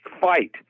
fight